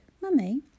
Mummy